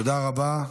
תודה רבה.